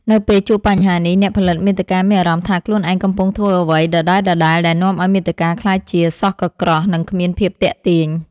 នៅពេលជួបបញ្ហានេះ អ្នកផលិតមាតិកាមានអារម្មណ៍ថាខ្លួនឯងកំពុងធ្វើអ្វីដដែលៗ ដែលនាំឱ្យមាតិកាក្លាយជាសោះកក្រោះ និងគ្មានភាពទាក់ទាញ។